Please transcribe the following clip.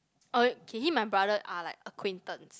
oh okay him my brother are like acquaintance